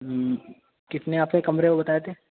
ہوں کتنے آپ کے کمرے وہ بتائے تھے